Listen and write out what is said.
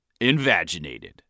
invaginated